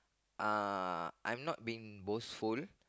uh I'm not being boastful